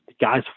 guys